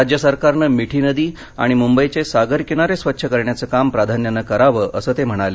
राज्य सरकारनं मिठी नदी आणि मुंबईचे सागर किनारे स्वच्छ करण्याचं काम प्राधान्यानं करावं असं ते म्हणाले